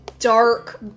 Dark